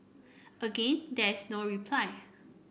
again there is no reply